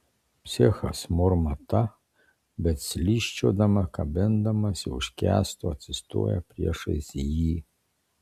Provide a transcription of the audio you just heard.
psichas murma ta bet slysčiodama kabindamasi už kęsto atsistoja priešais jį